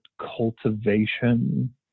cultivation